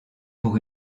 pour